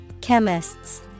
Chemist's